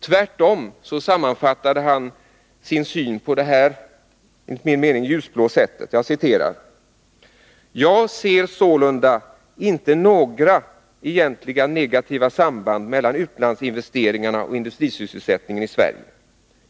Han sammanfattade tvärtom sin syn på dessa frågor på följande ljusblåa sätt: ”Jag ser sålunda inte några egentliga negativa samband mellan utlandsinvesteringarna och industrisysselsättningen i Sverige.